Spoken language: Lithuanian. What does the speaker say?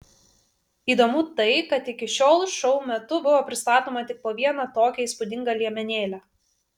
įdomu tai kad iki šiol šou metu buvo pristatoma tik po vieną tokią įspūdingą liemenėlę